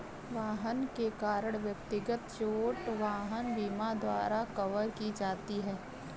वाहन के कारण व्यक्तिगत चोट वाहन बीमा द्वारा कवर की जाती है